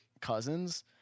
cousins